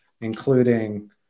including